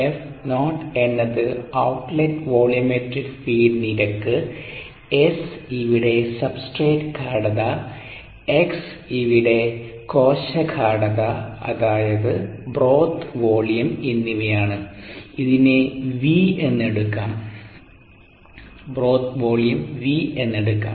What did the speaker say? F o എന്നത് outlet volumetric feed നിരക്ക് 'S' ഇവിടെ സബ്സ്ട്രേറ്റ് ഗാഢത X ഇവിടെ കോശ ഗാഢത അതായത് ബ്രോത്ത് വോളിയം എന്നിവയാണ് ഇതിനെ V എന്ന് എടുക്കാം